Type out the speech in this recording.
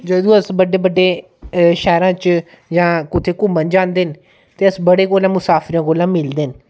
जदूं अस बड्डे बड्डे शैह्रां च जां कुतै घूमन जांदे न ते अस बड़े कोला मसाफरें कोला मिलदे न